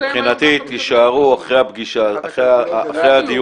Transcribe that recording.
מבחינתי תישארו אחרי הדיון,